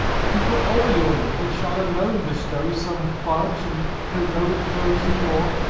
who for all your labour shall alone bestow some fudge and heroic blows in war?